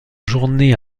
journées